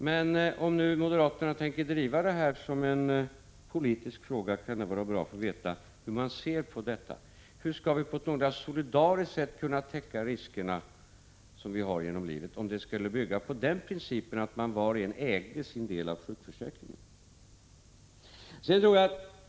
Men om moderaterna nu tänker driva det här som en politisk fråga kan det vara bra att få veta hur man ser på detta: Hur skall vi på ett någorlunda solidariskt sätt kunna täcka riskerna som vi har genom livet, om sjukförsäkringssystemet skall bygga på principen att var och en äger sin del av sjukförsäkringen?